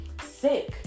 sick